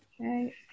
Okay